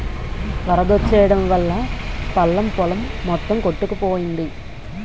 వరదొచ్చెయడం వల్లా పల్లం పొలం మొత్తం కొట్టుకుపోయింది